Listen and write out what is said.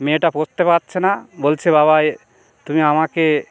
মেয়েটা পরতে পারছে না বলছে বাবা এ তুমি আমাকে